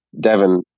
Devon